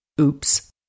Oops